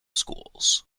schools